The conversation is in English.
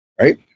Right